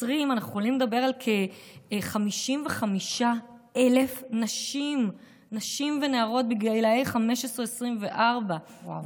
אנחנו יכולים לדבר על כ-55,000 נשים ונערות בגיל 15 24. וואו.